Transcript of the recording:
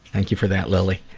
thank you for that lily.